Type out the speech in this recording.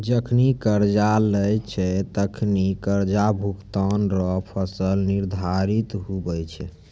जखनि कर्जा लेय छै तखनि कर्जा भुगतान रो समय निर्धारित हुवै छै